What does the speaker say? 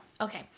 okay